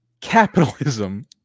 Capitalism